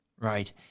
Right